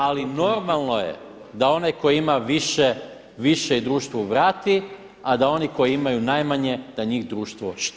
Ali normalno je da onaj ko ima više, više i društvu vrati a da oni koji imaju najmanje da njih društvo štiti.